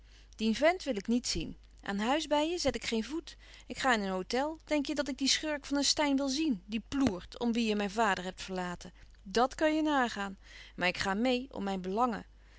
dien vent wil ik niet zien aan huis bij je zet ik geen voet ik ga in een hôtel denk je dat ik dien schurk van een steyn wil zien dien ploert om wien je mijn vader hebt verlaten dàt kan je nagaan maar ik ga meê om mijn belangen